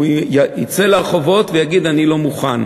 הוא יצא לרחובות ויגיד: אני לא מוכן.